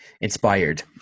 inspired